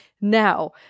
now